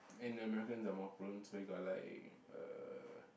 and the Americans are more prone so we got like uh